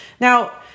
Now